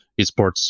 eSports